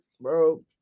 bro